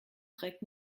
trägt